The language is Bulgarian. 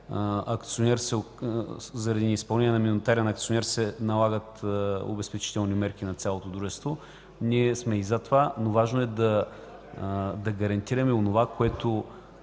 заради неизпълнение на минотарен акционер се налагат обезпечителни мерки на цялото дружество. Ние сме и за това, но важно е да гарантираме онова, което